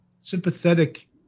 sympathetic